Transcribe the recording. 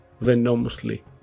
venomously